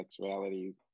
sexualities